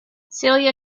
celia